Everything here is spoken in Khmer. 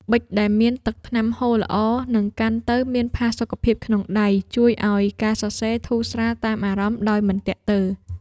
ប៊ិចដែលមានទឹកថ្នាំហូរល្អ និងកាន់ទៅមានផាសុកភាពក្នុងដៃ ជួយឱ្យការសរសេរធូរស្រាលតាមអារម្មណ៍ដោយមិនទាក់ទើ។